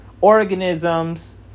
organisms